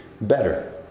better